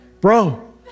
Bro